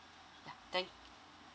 thank